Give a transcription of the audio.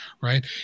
right